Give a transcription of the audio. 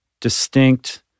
distinct